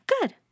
Good